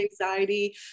anxiety